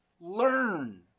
learn